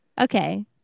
Okay